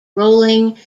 rolling